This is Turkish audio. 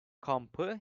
kampı